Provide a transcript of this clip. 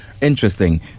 Interesting